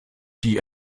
die